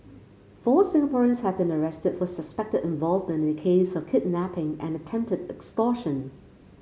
four Singaporeans have been arrested for suspected involvement in a case of kidnapping and attempted extortion